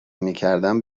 میکردم